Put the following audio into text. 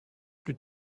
plus